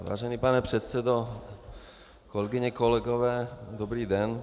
Vážený pane předsedající, kolegyně, kolegové, dobrý den.